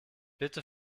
bitte